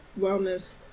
wellness